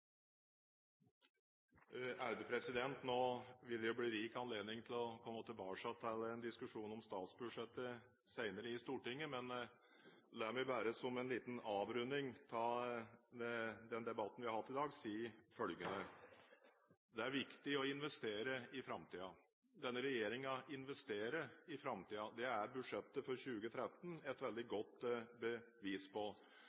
Nå vil det bli rik anledning til å komme tilbake til en diskusjon om statsbudsjettet senere i Stortinget, men la meg bare – som en liten avrunding av den debatten vi har hatt i dag – si følgende: Det er viktig å investere i framtiden. Denne regjeringen investerer i framtiden. Det er budsjettet for 2013 et veldig godt bevis på.